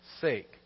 sake